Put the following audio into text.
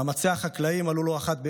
מאמצי החקלאים עלו לא אחת באש,